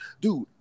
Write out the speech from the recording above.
dude